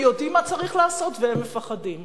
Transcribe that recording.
הם יודעים מה צריך לעשות, והם מפחדים,